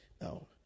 Now